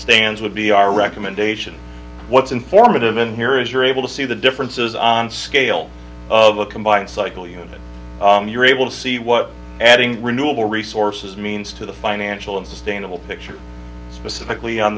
stands would be our record mandation what's informative in here is you're able to see the differences on scale of a combined cycle unit you're able to see what adding renewable resources means to the financial and sustainable picture specifically on